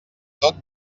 tot